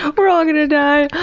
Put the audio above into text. ah we're all gonna die.